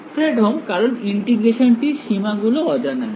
Fredholm কারণ ইন্টিগ্রেশনটির সীমা গুলো অজানা আছে